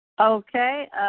Okay